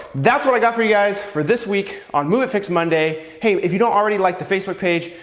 that's what i got for you guys for this week on movement fix monday. hey, if you don't already like the facebook page,